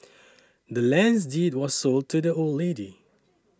the land's deed was sold to the old lady